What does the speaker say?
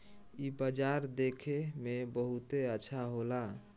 इ बाजार देखे में बहुते अच्छा होला